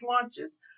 launches